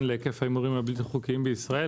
על היקף ההימורים הבלתי חוקיים בישראל,